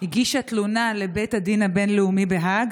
הגישה תלונה לבית הדין הבין-לאומי בהאג